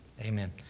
Amen